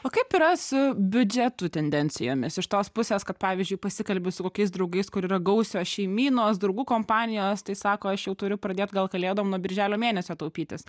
o kaip yra su biudžetų tendencijomis iš tos pusės kad pavyzdžiui pasikalbi su kokiais draugais kur yra gausios šeimynos draugų kompanijos tai sako aš jau turiu pradėt gal kalėdom nuo birželio mėnesio taupytis